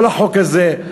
כל החוק הזה,